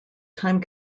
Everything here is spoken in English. time